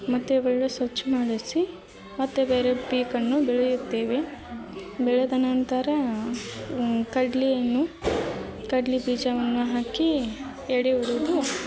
ಮತ್ತು ಸ್ವಚ್ಛ ಮಾಡಿಸಿ ಮತ್ತೆ ಬೇರೆ ಪೀಕನ್ನು ಬೆಳೆಯುತ್ತೇವೆ ಬೆಳೆದ ನಂತರ ಕಡ್ಲೆಯನ್ನು ಕಡ್ಲೆ ಬೀಜವನ್ನು ಹಾಕಿ ಎಡೆ ಹೊಡೆದು